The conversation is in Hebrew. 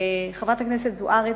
חברת הכנסת זוארץ,